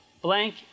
blank